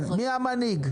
מי המנהיג?